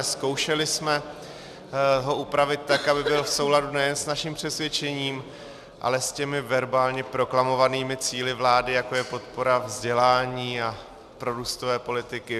Zkoušeli jsme ho upravit tak, aby byl v souladu nejen s naším přesvědčením, ale s těmi verbálně proklamovanými cíli vlády, jako je podpora vzdělání a prorůstové politiky.